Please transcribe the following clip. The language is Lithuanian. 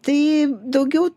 tai daugiau